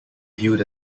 viewed